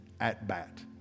at-bat